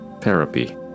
therapy